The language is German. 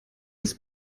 ist